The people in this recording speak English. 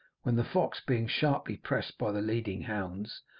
when the fox, being sharply pressed by the leading hounds,